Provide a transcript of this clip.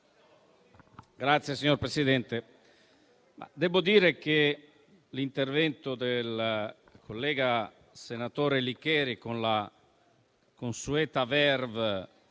Signor Presidente, debbo dire che l'intervento del collega senatore Licheri, con la consueta *verve*